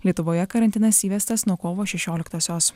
lietuvoje karantinas įvestas nuo kovo šešioliktosios